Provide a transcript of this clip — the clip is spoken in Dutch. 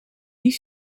die